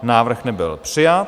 Návrh nebyl přijat.